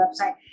website